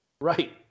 Right